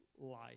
life